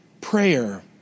prayer